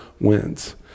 wins